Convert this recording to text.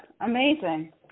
Amazing